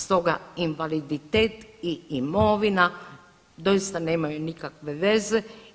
Stoga invaliditet i imovina doista nemaju nikakve veze.